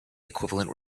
equivalent